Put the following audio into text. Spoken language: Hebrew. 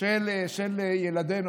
של ילדינו.